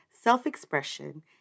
self-expression